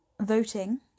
voting